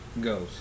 goes